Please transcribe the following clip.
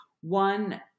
One